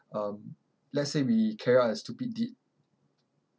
um let's say we carry out a stupid deed